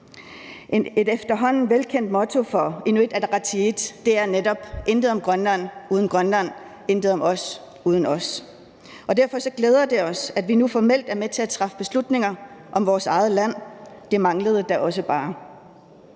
Et efterhånden velkendt motto for Inuit Ataqatigiit er netop: intet om Grønland uden Grønland, intet om os uden os. Og derfor glæder det os, at vi nu formelt er med til at træffe beslutninger om vores eget land, det manglede da også bare.